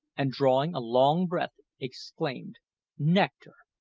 and drawing a long breath, exclaimed nectar!